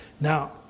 Now